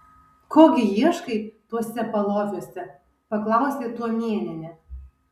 ko gi ieškai tuose paloviuose paklausė tuomėnienė